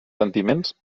sentiments